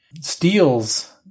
steals